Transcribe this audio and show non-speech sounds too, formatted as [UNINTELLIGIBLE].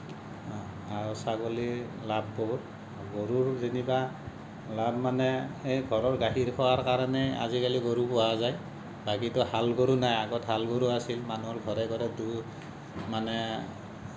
আৰু ছাগলীৰ লাভ বহুত গৰুৰ যেনিবা লাভ মানে এই ঘৰৰ গাখীৰ খোৱাৰ কাৰণে আজিকালি গৰু পোহা যায় বাকীটো হাল গৰু নাই আগত হাল গৰু আছিল মানুহৰ ঘৰে ঘৰে [UNINTELLIGIBLE] মানে